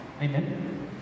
Amen